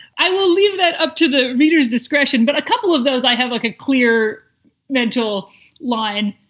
i will leave that up to the readers discretion. but a couple of those i have like a clear mental line.